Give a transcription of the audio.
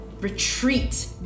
Retreat